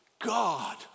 God